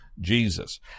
Jesus